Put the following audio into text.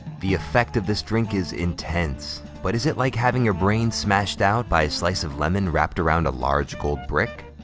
the effect of this drink is intense. but is it like having your brain smashed out by a slice of lemon wrapped around a large gold brick?